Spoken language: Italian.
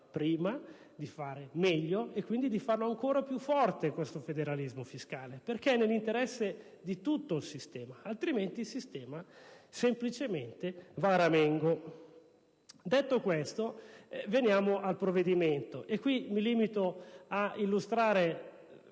prima, di fare meglio, e quindi di farlo ancora più forte questo federalismo fiscale, perché è nell'interesse di tutto il sistema; altrimenti, lo dico semplicemente, si va a ramengo. Venendo al provvedimento, mi limito ad illustrare